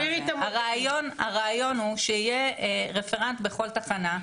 הרעיון הוא שיהיה רפרנט בכל תחנה,